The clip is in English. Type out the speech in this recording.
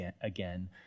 again